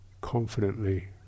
confidently